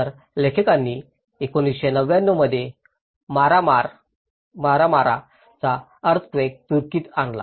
तर लेखकांनी 1999 मध्ये मारमाराचा अर्थक्वेक तुर्की आणला